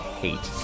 hate